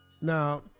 Now